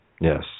Yes